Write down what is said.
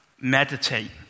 meditate